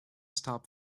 stop